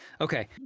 Okay